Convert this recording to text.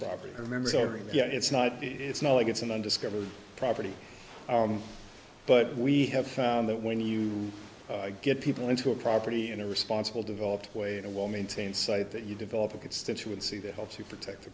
property remember every yeah it's not it's not like it's an undiscovered property but we have found that when you get people into a property in a responsible developed way in a well maintained site that you develop a constituency that helps you protect the